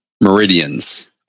Meridians